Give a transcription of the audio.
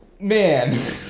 man